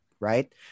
right